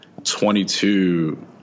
22